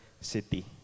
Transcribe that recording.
city